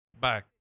bye